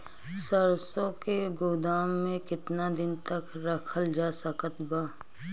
सरसों के गोदाम में केतना दिन तक रखल जा सकत बा?